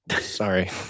Sorry